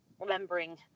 remembering